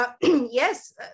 Yes